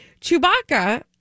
Chewbacca